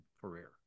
career